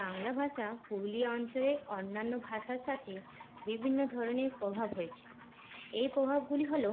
বাংলা ভাষা পুরুলিয়া অঞ্চলের অন্যান্য ভাষার সাথে বিভিন্ন ধরণের প্রভাব হয়েছে এই প্রভাবগুলি হল